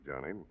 Johnny